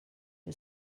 who